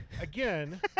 Again